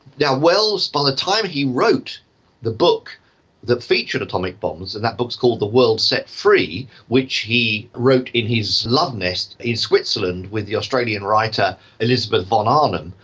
yeah wells, by the time he wrote the book that featured atomic bombs, and that book is called the world set free, which he wrote in his love nest in switzerland with the australian writer elizabeth von arnim,